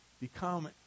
become